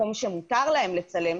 מקום שמותר להם לצלם,